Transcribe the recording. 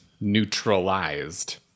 neutralized